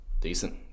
Decent